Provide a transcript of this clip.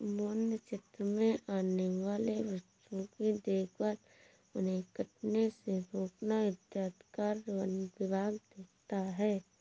वन्य क्षेत्र में आने वाले वृक्षों की देखभाल उन्हें कटने से रोकना इत्यादि कार्य वन विभाग देखता है